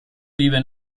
vive